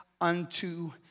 unto